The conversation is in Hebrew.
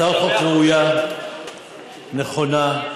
הצעת חוק ראויה, נכונה,